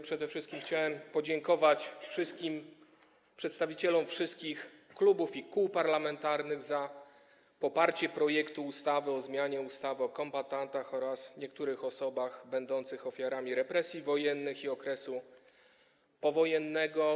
Przede wszystkim chciałem podziękować przedstawicielom wszystkich klubów parlamentarnych i kół za poparcie projektu ustawy o zmianie ustawy o kombatantach oraz niektórych osobach będących ofiarami represji wojennych i okresu powojennego.